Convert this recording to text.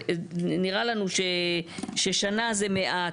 נראה לנו ששנה זה מעט,